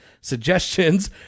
suggestions